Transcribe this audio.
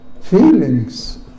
feelings